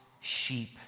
sheep